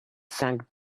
sank